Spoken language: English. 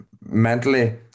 mentally